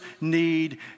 need